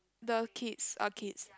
the kids are kids